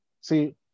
see